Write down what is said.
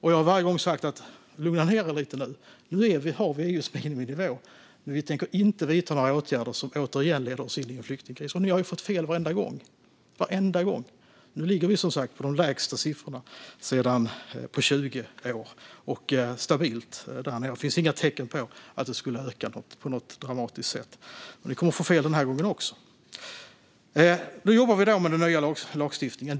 Jag har varje gång sagt att ni ska lugna ned er lite grann. Nu har vi EU:s miniminivå. Men vi tänker inte vidta några åtgärder som återigen leder oss in i en flyktingkris. Ni har fått fel varenda gång. Nu ligger vi, som sagt, stabilt på de lägsta siffrorna på 20 år. Det finns inga tecken på att det skulle öka på något dramatiskt sätt. Ni kommer att få fel denna gång också. Nu jobbar vi med den nya lagstiftningen.